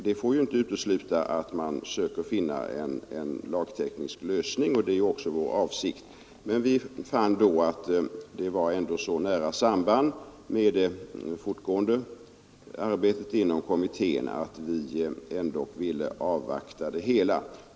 Det får inte utesluta att man försöker finna en lagteknisk lösning, och det är också vår avsikt. Vi fann då att frågan ändå hade så nära samband med det fortgående arbetet inom kommittén att vi ville avvakta det.